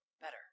better